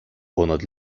понад